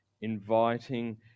inviting